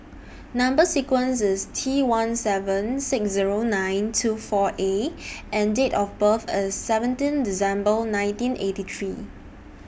Number sequence IS T one seven six Zero nine two four A and Date of birth IS seventeen December nineteen eighty three